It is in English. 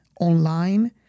online